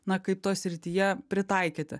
na kaip toj srityje pritaikyti